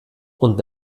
und